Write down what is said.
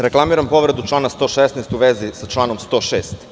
Reklamiram povredu člana 116, u vezi sa članom 106.